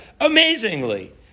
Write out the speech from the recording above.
Amazingly